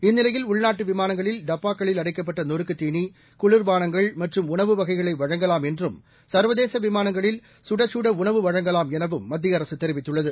இந்நிலையில் உள்நாட்டு விமாளங்களில் டப்பாக்களில் அடைக்கப்பட்ட நொறுக்குத் தீளி குளிர்பானங்கள் மற்றும் உணவு வகைகளை வழங்கலாம் என்றும் சர்வதேச விமானங்களில் குடச்சுட உணவு வழங்கலாம் எனவும் மத்திய அரசு தெரிவித்துள்ளது